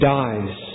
dies